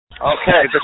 Okay